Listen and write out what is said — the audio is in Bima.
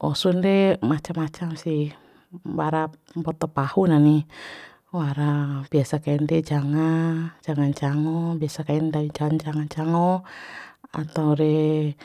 osun re macam macam sih wara mboto pahu na ni wara biasa kainde janga janga ncango biasa kain ndawi jan janga ncango atau re